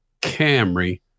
camry